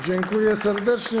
Dziękuję serdecznie.